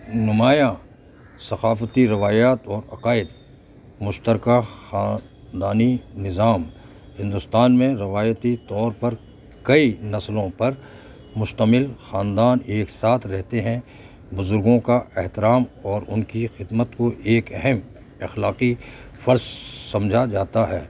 نمایاں ثقافتی روایات اور عقائد مشترکہ خاندانی نظام ہندوستان میں روایتی طور پر کئی نسلوں پر مشتمل خاندان ایک ساتھ رہتے ہیں بزرگوں کا احترام اور ان کی خدمت کو ایک اہم اخلاقی فرض سمجھا جاتا ہے